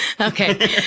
Okay